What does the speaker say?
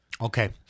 okay